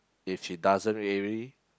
if she doesn't really